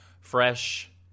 fresh